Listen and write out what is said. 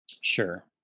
Sure